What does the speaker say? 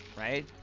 right?